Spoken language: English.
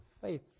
faith